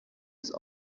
des